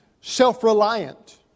self-reliant